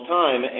time